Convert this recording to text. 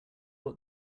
what